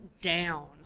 down